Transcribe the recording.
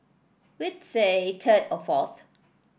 we'd say third or fourth